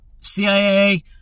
CIA